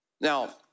Now